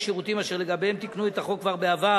שירותים אשר לגביהם תיקנו את החוק כבר בעבר